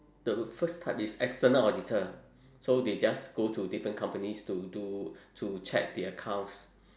the first type is external auditor so they just go to different companies to do to check the accounts